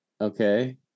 okay